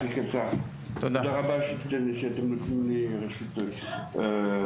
תודה רבה שאתם נותנים לי רשות דיבור.